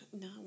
No